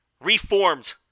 reformed